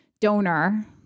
donor